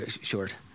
short